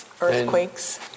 Earthquakes